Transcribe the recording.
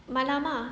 malam ah